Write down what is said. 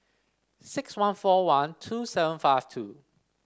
six one four one two seven five two